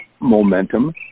momentum